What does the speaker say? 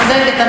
את צודקת,